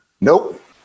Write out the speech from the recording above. Nope